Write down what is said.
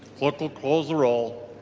clerk will close the roll.